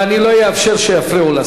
ואני לא אאפשר שיפריעו לשר.